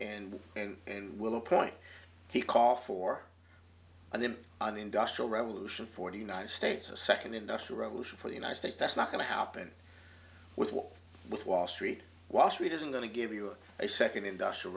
and and and will point he call for them on the industrial revolution for the united states a second industrial revolution for the united states that's not going to happen with what with wall street wall street isn't going to give you a second industrial